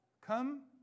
Come